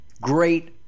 great